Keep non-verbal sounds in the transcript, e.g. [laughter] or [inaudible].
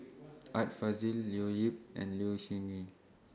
[noise] Art Fazil Leo Yip and Low Siew Nghee